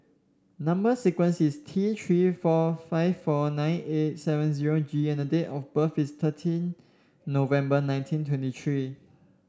number sequence is T Three four five four nine eight seven zero G and date of birth is thirteen November nineteen twenty three